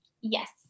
Yes